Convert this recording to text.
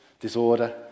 disorder